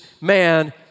man